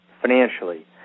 financially